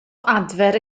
adfer